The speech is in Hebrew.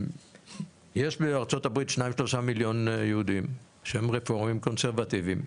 יש בארצות הברית 2-3 מיליון יהודים שהם רפורמים קונסרבטיבים,